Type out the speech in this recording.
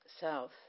South